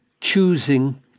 choosing